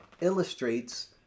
illustrates